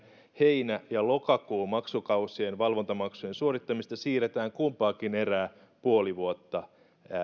heinä ja lokakuun maksukausien valvontamaksujen suorittamista siirretään kumpaakin erää puoli vuotta